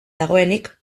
dagoenik